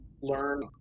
learn